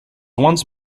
once